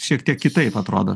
šiek tiek kitaip atrodo